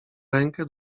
rękę